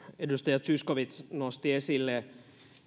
edustaja zyskowicz nosti esille